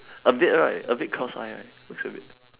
a bit right a bit cross eye right looks a bit